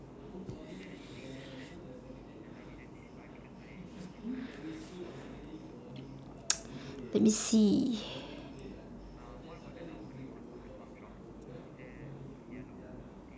let me see